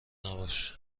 نباش